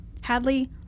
Hadley